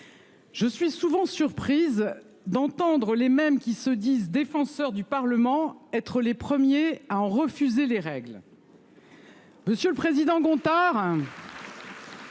Je suis souvent surprise d'entendre les mêmes qui se disent défenseurs du Parlement. Être les premiers à en refuser les règles. Monsieur le président Gontard